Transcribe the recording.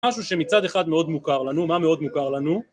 משהו שמצד אחד מאוד מוכר לנו, מה מאוד מוכר לנו?